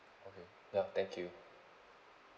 okay ya thank you